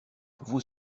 vous